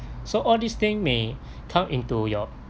so all these thing may come into your